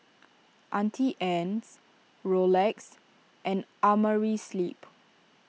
Auntie Anne's Rolex and Amerisleep